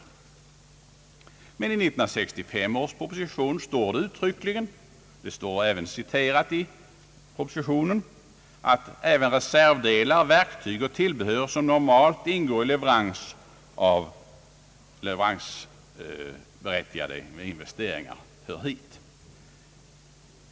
I 1965 års proposition står uttryckligen citerat i propositionen att även reservdelar, verktyg och tillbehör, som normalt ingår i leveransberättigade investeringar, hör hit.